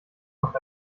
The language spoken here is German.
macht